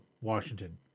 Washington